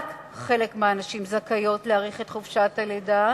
רק חלק מהנשים זכאיות להאריך את חופשת הלידה,